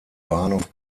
bahnhof